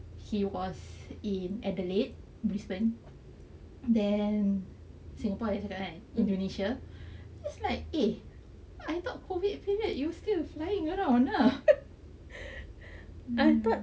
he was in adelaide brisbane then singapore indonesia it's like eh I thought COVID period you still flying around